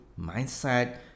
mindset